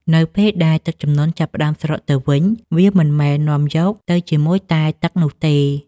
នៅពេលដែលទឹកជំនន់ចាប់ផ្ដើមស្រកទៅវិញ វាមិនមែននាំយកទៅជាមួយតែទឹកនោះទេ។